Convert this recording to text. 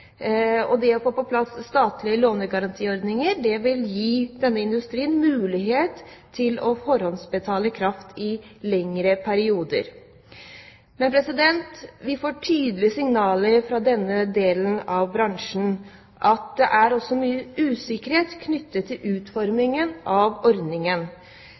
Det å få på plass en statlig lånegarantiordning vil gi denne industrien mulighet til å forhåndsbetale kraft for lengre perioder. Men vi får tydelige signaler fra denne delen av bransjen om at det også er mye usikkerhet knyttet til utformingen av ordningen.